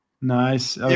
Nice